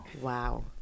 Wow